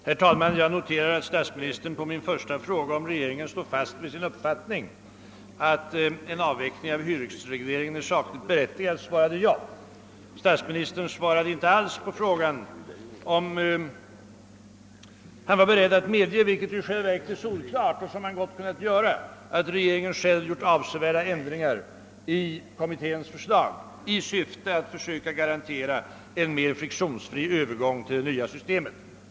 Herr talman! Jag noterar att statsminstern på min första fråga, om regeringen står fast vid sin uppfattning att en avveckling av hyresregleringén är sakligt berättigad, svarade ja. Statsministern svarade inte alls på frågan om huruvida han var beredd att medge att regeringen själv hade gjort avsevärda ändringar i kommitténs förslag i syfte att försöka garantera en mera friktionsfri övergång till det nya systemet.